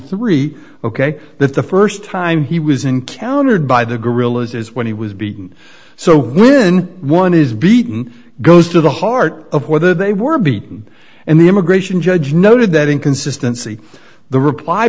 three ok that the first time he was encountered by the guerrillas is when he was beaten so then one is beaten goes to the heart of whether they were beaten and the immigration judge noted that inconsistency the reply